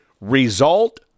result